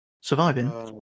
Surviving